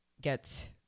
get